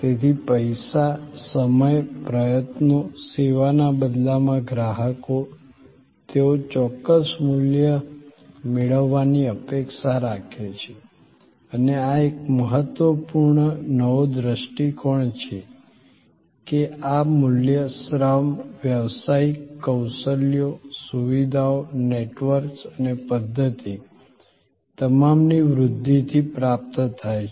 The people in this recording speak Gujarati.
તેથી પૈસા સમય પ્રયત્નો સેવાના બદલામાં ગ્રાહકો તેઓ ચોક્કસ મૂલ્ય મેળવવાની અપેક્ષા રાખે છે અને આ એક મહત્વપૂર્ણ નવો દૃષ્ટિકોણ છે કે આ મૂલ્ય શ્રમ વ્યાવસાયિક કૌશલ્યો સુવિધાઓ નેટવર્ક્સ અને પધ્ધતિ તમામની વૃધ્ધિથી પ્રાપ્ત થાય છે